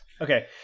Okay